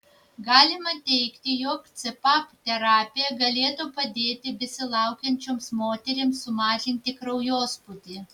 galima teigti jog cpap terapija galėtų padėti besilaukiančioms moterims sumažinti kraujospūdį